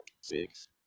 six